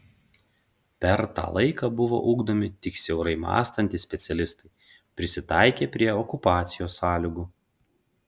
per tą laiką buvo ugdomi tik siaurai mąstantys specialistai prisitaikę prie okupacijos sąlygų